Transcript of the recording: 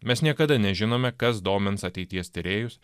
mes niekada nežinome kas domins ateities tyrėjus